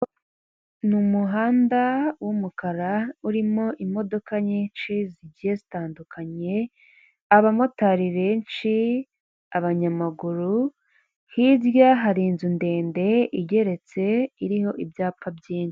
Ni umuhanda w'umukara urimo imodoka nyinshi zigiye zitandukanye, abamotari benshi abanyamaguru hirya hari inzu ndende igeretse iriho ibyapa byinshi.